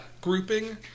grouping